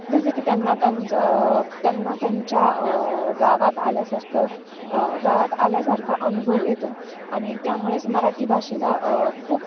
जसं की त्यांना त्यांचं त्यांना त्यांच्या गावात आल्यासारखं गावात आल्यासारखा अनुभव येतो आणि त्यामुळेच मराठी भाषेला खूप